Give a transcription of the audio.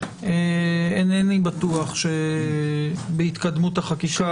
אינני בטוח שבהתקדמות החקיקה,